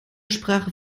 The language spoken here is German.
sprache